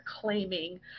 claiming